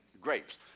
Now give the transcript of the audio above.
Grapes